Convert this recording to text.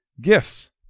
gifts